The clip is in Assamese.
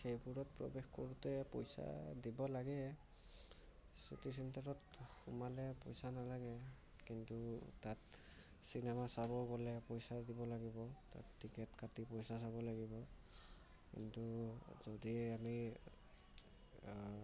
সেইবোৰত প্ৰৱেশ কৰোঁতে পইচা দিব লাগে চিটি চেন্টাৰত সোমালে পইচা নালাগে কিন্তু তাত চিনেমা চাব নিলে পইচা দিব লাগিব তাত টিকেট কাটি পইচা চাব লাগিব কিন্তু যদি আমি